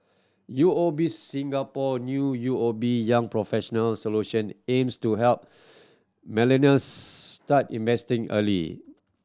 U O B Singapore new U O B Young Professionals Solution aims to help millennials start investing early